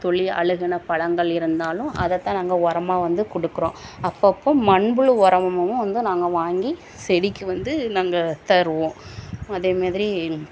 தொலி அழுகுன பழங்கள் இருந்தாலும் அதைதான் நாங்கள் உரமா வந்து கொடுக்குறோம் அப்போப்ப மண்புழு உரமும் வந்து நாங்கள் வாங்கி செடிக்கு வந்து நாங்கள் தருவோம் அதே மாதிரி